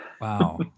wow